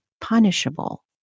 punishable